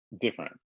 different